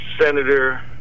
Senator